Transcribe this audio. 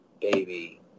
baby